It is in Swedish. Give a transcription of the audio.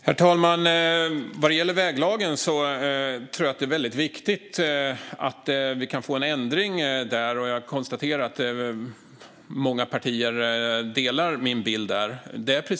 Herr talman! Jag tror att det är väldigt viktigt att vi kan få en ändring av väglagen. Många partier delar min bild.